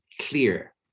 clear